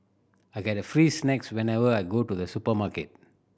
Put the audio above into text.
I get free snacks whenever I go to the supermarket